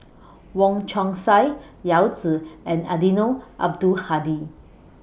Wong Chong Sai Yao Zi and Eddino Abdul Hadi